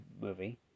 movie